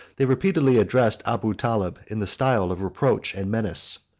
they repeatedly addressed abu taleb in the style of reproach and menace.